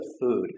food